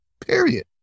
period